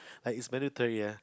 like it's mandatory ah